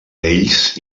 ells